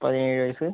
പതിനേഴ് വയസ്സ്